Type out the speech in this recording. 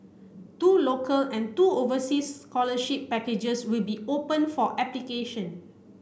two local and two oversea scholarship packages will be open for application